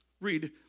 read